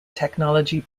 technology